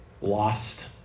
lost